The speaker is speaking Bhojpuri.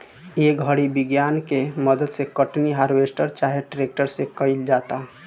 ए घड़ी विज्ञान के मदद से कटनी, हार्वेस्टर चाहे ट्रेक्टर से कईल जाता